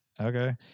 okay